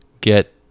get